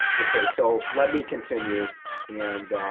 okay so let me continue and